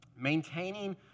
maintaining